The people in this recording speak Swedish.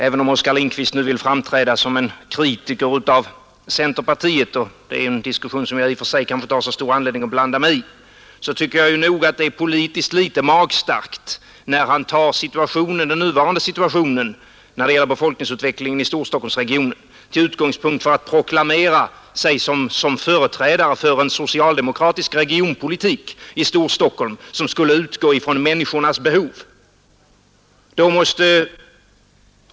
Även om Oskar Lindkvist nu vill framträda som kritiker av centerpartiet -- och det är en diskussion som jag i och för sig inte har så stor anledning att blanda mig i — så tycker jag nog att det är politiskt litet magstarkt, när han tar den nuvarande situationen i fråga om befolkningsutvecklingen i Storstockholmsregionen till utgångspunkt för att proklamera sig som företrädare för en socialdemokratisk regionpolitik i Storstockholm som skulle utgå från människornas behov.